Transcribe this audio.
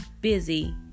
busy